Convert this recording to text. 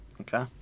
Okay